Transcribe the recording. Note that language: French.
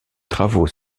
travaux